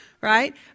right